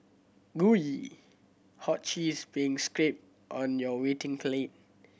gooey hot cheese being onto your waiting plate